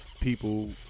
people